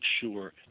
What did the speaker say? sure